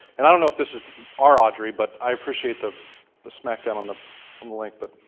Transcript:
and i don't know if this is our audrey, but i appreciate the the smack down on the link. but